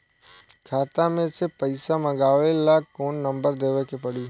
खाता मे से पईसा मँगवावे ला कौन नंबर देवे के पड़ी?